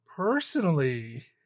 Personally